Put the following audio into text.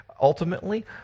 ultimately